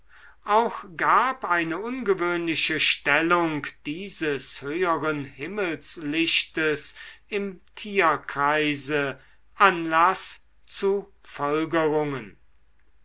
auch gab eine ungewöhnliche stellung dieses höheren himmelslichtes im tierkreise anlaß zu folgerungen